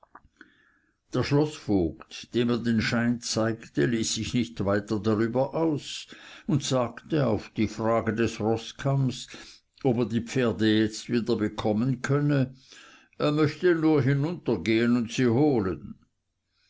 der schloßvogt dem er den schein zeigte ließ sich nicht weiter darüber aus und sagte auf die frage des roßkamms ob er die pferde jetzt wiederbekommen könne er möchte nur hinuntergehen und sie holen